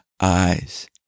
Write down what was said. eyes